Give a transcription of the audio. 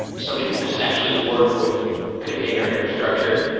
somebody who doesn't actually work with container infrastructure.